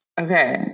Okay